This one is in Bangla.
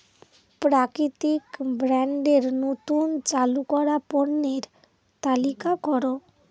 প্রাকৃতিক ব্র্যান্ডের নতুন চালু করা পণ্যের তালিকা করো